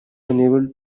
unable